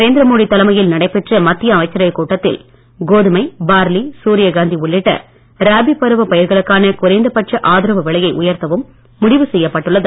நரேந்திர மோடி தலைமையில் நடைபெற்ற மத்திய அமைச்சரவைக் கூட்டத்தில் கோதுமை பார்லி சூரியகாந்தி உள்ளிட்ட ராபி பருவப் பயிர்களுக்கான குறைந்தபட்ச ஆதரவு விலையை உயர்த்தவும் முடிவு செய்யப்பட்டுள்ளது